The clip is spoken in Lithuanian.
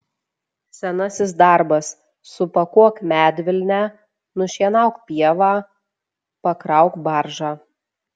senasis darbas supakuok medvilnę nušienauk pievą pakrauk baržą